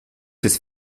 des